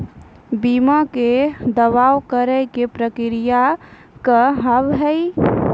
बीमा के दावा करे के प्रक्रिया का हाव हई?